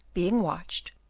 being watched,